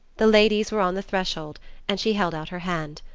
the ladies were on the threshold and she held out her hand.